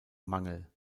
mangel